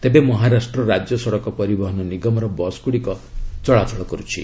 ତେବେ ମହାରାଷ୍ଟ୍ର ରାଜ୍ୟ ସଡ଼କ ପରିବହନ ନିଗମର ବସ୍ଗୁଡ଼ିକ ଚଳାଚଳ କରୁଛି